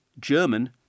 German